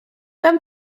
mewn